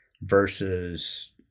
Versus